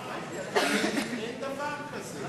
אין דבר כזה,